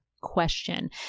question